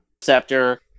scepter